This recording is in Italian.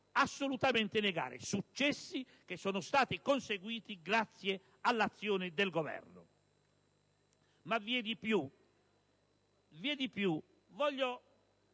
assolutamente negare; successi che sono stati conseguiti grazie all'azione del Governo. Ma vi è di più. Voglio